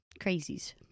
Crazies